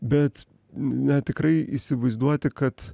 bet na tikrai įsivaizduoti kad